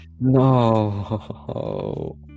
No